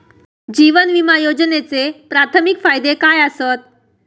जीवन विमा योजनेचे प्राथमिक फायदे काय आसत?